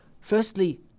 Firstly